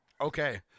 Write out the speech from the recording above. Okay